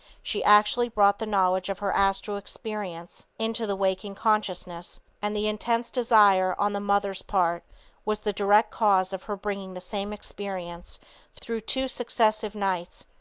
she actually brought the knowledge of her astral experience into the waking consciousness, and the intense desire on the mother's part was the direct cause of her bringing the same experience through two successive nights,